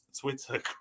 Twitter